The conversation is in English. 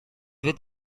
with